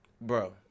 bro